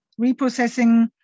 reprocessing